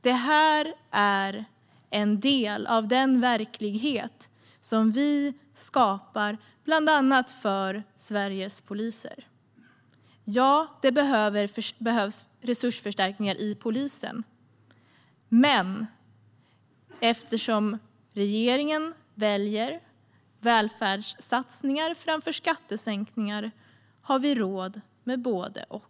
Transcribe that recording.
Det här är en del av den verklighet som vi skapar bland annat för Sveriges poliser. Ja, det behövs resursförstärkningar i polisen, men eftersom regeringen väljer välfärdssatsningar framför skattesänkningar har vi råd med både och.